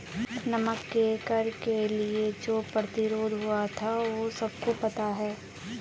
नमक के कर के लिए जो प्रतिरोध हुआ था वो सबको पता है